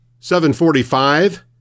745